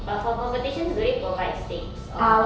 but for competitions do they provide sticks or